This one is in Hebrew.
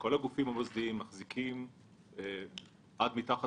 גם שכל הגופים המוסדיים מחזיקים עד מתחת